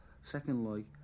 Secondly